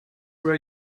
were